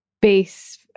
base